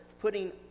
putting